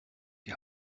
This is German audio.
die